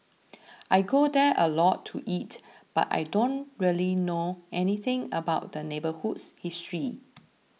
I go there a lot to eat but I don't really know anything about the neighbourhood's history